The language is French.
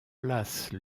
place